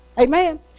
Amen